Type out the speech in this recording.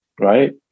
right